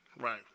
Right